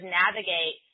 navigate